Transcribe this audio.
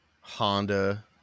Honda